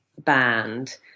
band